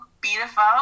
beautiful